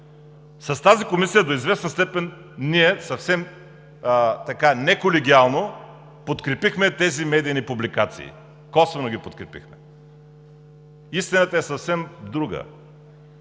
С тази комисия до известна степен съвсем неколегиално ние подкрепихме тези медийни публикации – косвено ги подкрепихме. Истината е съвсем друга!